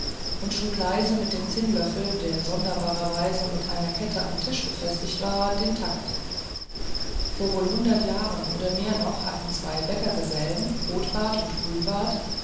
und schlug leise mit dem zinnlöffel der sonderbarerweise mit einer kette am tisch befestigt war den takt vor wohl hundert jahren oder mehr noch hatten zwei bäckergesellen rotbart und grünbart